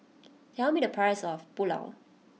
tell me the price of Pulao